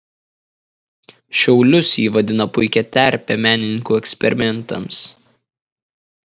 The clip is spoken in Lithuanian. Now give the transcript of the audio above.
šiaulius ji vadina puikia terpe menininkų eksperimentams